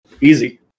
Easy